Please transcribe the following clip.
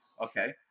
Okay